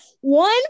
One